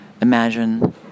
imagine